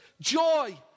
joy